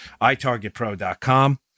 itargetpro.com